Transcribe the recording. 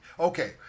Okay